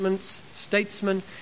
statesmen